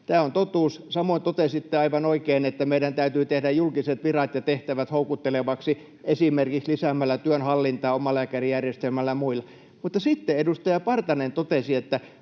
Tämä on totuus. Samoin totesitte aivan oikein, että meidän täytyy tehdä julkiset virat ja tehtävät houkuttelevaksi esimerkiksi lisäämällä työnhallintaa omalääkärijärjestelmällä ja muilla. Mutta sitten edustaja Partanen totesi, että